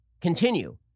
continue